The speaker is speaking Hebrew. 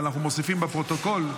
אבל אנחנו מוסיפים בפרוטוקול,